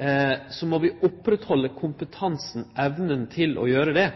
halde oppe kompetansen, evna, til å gjere det,